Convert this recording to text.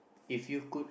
if you could